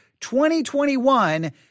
2021